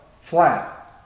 flat